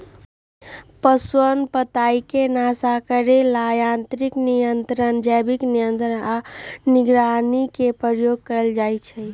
पिलुआ पताईके नाश करे लेल यांत्रिक नियंत्रण, जैविक नियंत्रण आऽ निगरानी के प्रयोग कएल जाइ छइ